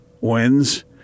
wins